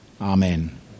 Amen